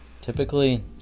Typically